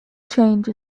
change